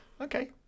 okay